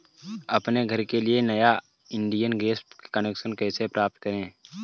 अपने घर के लिए नया इंडियन गैस कनेक्शन कैसे प्राप्त करें?